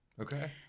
Okay